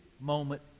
moment